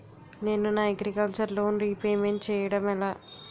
నేను నా agriculture loan repayment చేయడం ఎలా?